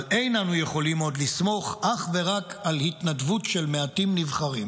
אבל אין אנו יכולים עוד לסמוך אך ורק על התנדבות של מעטים נבחרים,